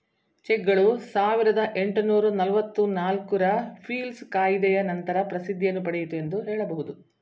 ಚೆಕ್ಗಳು ಸಾವಿರದ ಎಂಟುನೂರು ನಲವತ್ತು ನಾಲ್ಕು ರ ಪೀಲ್ಸ್ ಕಾಯಿದೆಯ ನಂತರ ಪ್ರಸಿದ್ಧಿಯನ್ನು ಪಡೆಯಿತು ಎಂದು ಹೇಳಬಹುದು